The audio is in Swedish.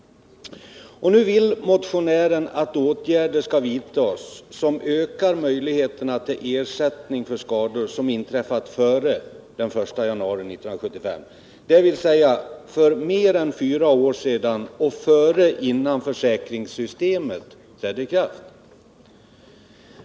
Nu vill motionären att åtgärder skall vidtas som ökar möjligheterna till ersättning för skador som inträffat före den 1 januari 1975, dvs. för mer än fyra år sedan och innan försäkringssystemet trädde i kraft.